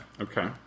Okay